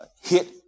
hit